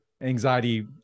anxiety